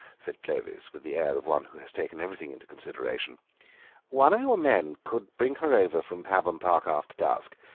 said clovis, with the air of one who has taken everything into consideration one of your men could bring her over from pabham park after dusk,